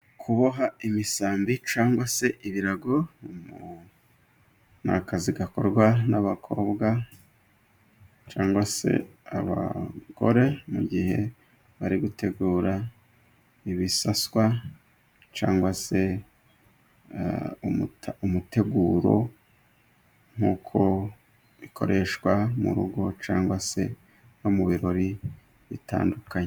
Kuboha imisambi cyangwa se ibirago ni akazi gakorwa n'abakobwa cyangwa se abagore. Mu gihe bari gutegura ibisaswa cyangwa se umuteguro nk'uko bikoreshwa mu rugo cyangwa se no mu birori bitandukanye.